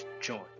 join